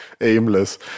aimless